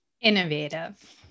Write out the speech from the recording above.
Innovative